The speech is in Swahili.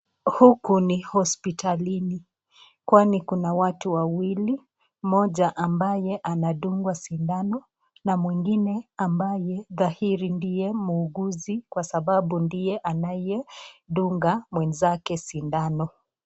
Huku ni hospitalini, kwani kuna watu wawili. Mmoja ambaye anadungwa sindano, na mwingine ambaye dhahiri ndiye muuguzi, kwa sababu ndiye anayedunga mwenzake sindano.